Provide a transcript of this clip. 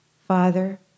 Father